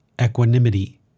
Equanimity